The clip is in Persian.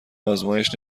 آزمایش